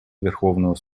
верховного